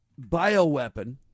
bioweapon